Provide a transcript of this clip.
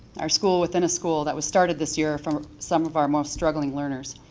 our school within a school that was started this year from some of our most struggling learners.